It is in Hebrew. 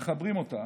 מחברים אותה,